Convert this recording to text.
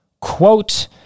quote